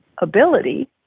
ability